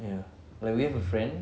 ya like we have a friend